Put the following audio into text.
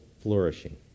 flourishing